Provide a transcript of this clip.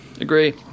Agree